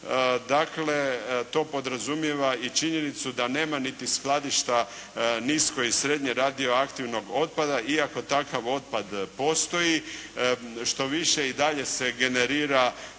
Dakle, to podrazumijeva i činjenicu da nema niti skladišta nisko i srednje radioaktivnog otpada iako takav otpad postoji. Štoviše, i dalje se generira